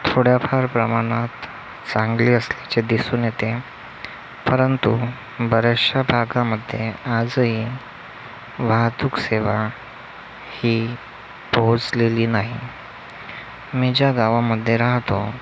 थोड्याफार प्रमाणात चांगली असल्याचे दिसून येते परंतु बऱ्याचशा भागामध्ये आजही वाहतूक सेवा ही पोहोचलेली नाही मी ज्या गावामध्ये राहतो